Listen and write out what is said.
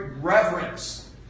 reverence